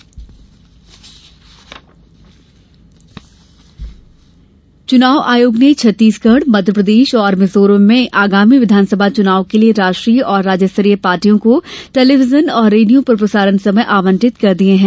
चुनाव प्रसारण समय चुनाव आयोग ने छत्तीसगढ़ मध्यप्रदेश और मिज़ोरम में आगामी विधानसभा चुनाव के लिए राष्ट्रीय और राज्य स्तरीय पार्टियों को टेलीविजन और रेडियो पर प्रसारण समय आवंटित कर दिए हैं